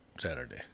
Saturday